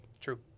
True